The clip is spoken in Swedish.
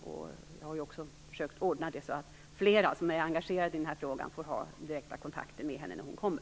Jag har försökt ordna det så att flera som är engagerade i denna fråga får ha direka kontakter med henne när hon kommer.